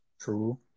True